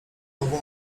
obu